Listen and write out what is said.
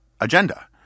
agenda